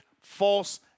false